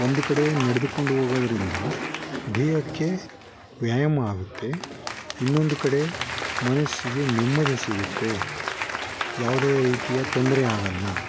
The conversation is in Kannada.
ಒಂದು ಕಡೆ ನಡೆದುಕೊಂಡು ಹೋಗೋದ್ರಿಂದ ದೇಹಕ್ಕೆ ವ್ಯಾಯಾಮ ಆಗುತ್ತೆ ಇನ್ನೊಂದು ಕಡೆ ಮನಸ್ಸಿಗೆ ನೆಮ್ಮದಿ ಸಿಗುತ್ತೆ ಯಾವುದೇ ರೀತಿಯ ತೊಂದರೆ ಆಗೋಲ್ಲ